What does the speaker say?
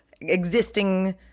existing